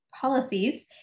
policies